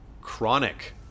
chronic